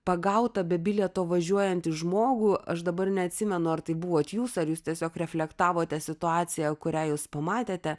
pagautą be bilieto važiuojantį žmogų aš dabar neatsimenu ar tai buvot jūs ar jūs tiesiog reflektavote situaciją kurią jūs pamatėte